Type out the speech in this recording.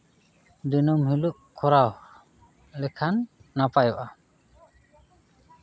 ᱫᱤᱱᱟᱹᱢ ᱦᱤᱞᱳᱜ ᱠᱚᱨᱟᱣ ᱞᱮᱠᱷᱟᱱ ᱱᱟᱯᱟᱭᱚᱜᱼᱟ